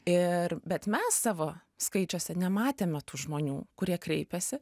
ir bet mes savo skaičiuose nematėme tų žmonių kurie kreipiasi